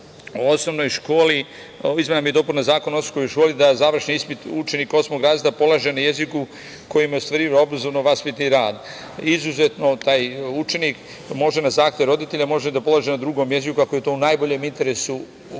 zakona o izmenama i dopunama Zakona o osnovnoj školi, da završni ispit učenik osmog razreda polaže na jeziku kojim je ostvario obrazovno-vaspitni rad. Izuzetno taj učenik, može na zahtev roditelja, može da polaže na drugom jeziku, ako je to u najboljem interesu učenika.